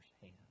hand